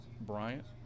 Bryant